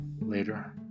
Later